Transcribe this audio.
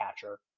catcher